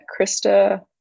Krista